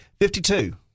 Fifty-two